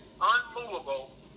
unmovable